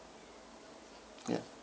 ya